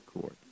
court